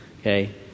Okay